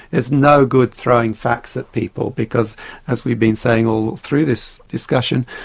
it's no good throwing facts at people because as we've been saying all through this discussion,